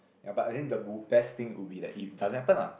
ya but I think the b~ best thing would be that it doesn't happen lah